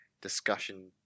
discussion